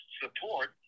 support